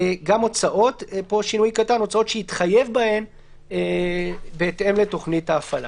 גם הוצאות שהתחייב בהן בהתאם לתכנית ההפעלה."